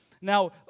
Now